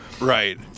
Right